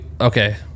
okay